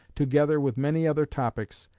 together with many other topics,